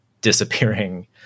disappearing